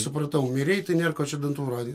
supratau mirei tai nėr ko čia dantų rodyt